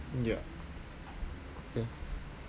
ya okay